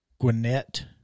Gwinnett